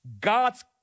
god's